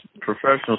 professional